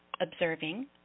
observing